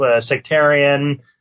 sectarian